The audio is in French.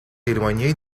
éloigné